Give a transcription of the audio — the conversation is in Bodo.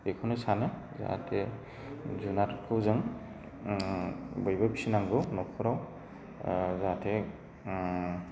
बेखौनो सानो जाहाथे जुनारखौ जों बयबो फिसिनांगौ न'खराव जाहाथे